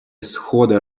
исхода